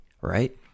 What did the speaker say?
right